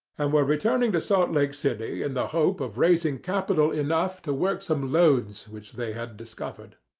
and were returning to salt lake city in the hope of raising capital enough to work some lodes which they had discovered.